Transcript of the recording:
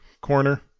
corner